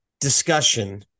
discussion